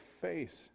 face